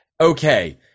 okay